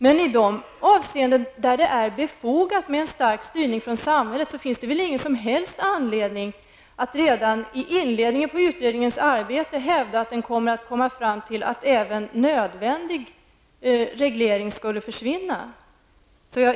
Men i de avseenden där det är befogat med en stark styrning från samhället finns det ingen som helst anledning att redan i inledningen av utredningens arbete hävda att utredningen skall komma fram till att även nödvändig reglering skall försvinna.